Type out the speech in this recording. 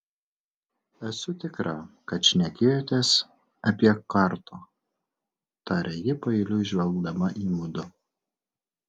esu tikra kad šnekėjotės apie karto tarė ji paeiliui žvelgdama į mudu